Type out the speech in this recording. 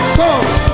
songs